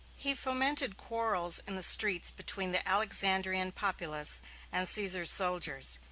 he fomented quarrels in the streets between the alexandrian populace and caesar's soldiers.